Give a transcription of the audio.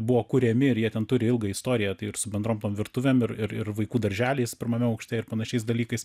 buvo kuriami ii jie ten turi ilgą istoriją tai ir su bendrom virtuvėm ir ir vaikų darželiais pirmame aukšte ir panašiais dalykais